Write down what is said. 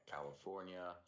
California